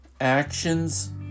actions